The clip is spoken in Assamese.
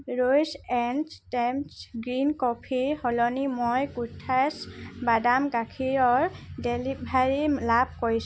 ৰুটছ এণ্ড ষ্টেমছ গ্ৰীণ কফিৰ সলনি মই কোঠাছ বাদাম গাখীৰৰ ডেলিভাৰী লাভ কৰিছোঁ